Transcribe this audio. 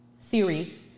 theory